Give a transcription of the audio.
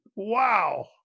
Wow